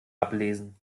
ablesen